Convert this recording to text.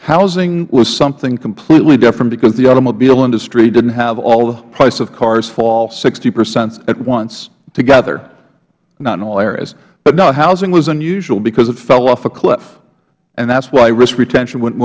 housing was something completely different because the automobile industry didn't have all price of cars fall sixty percent at once together not in all areas but no housing was unusual because it fell off a cliff and that is why risk retention wouldn't